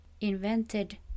invented